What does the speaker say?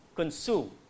consume